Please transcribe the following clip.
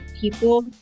people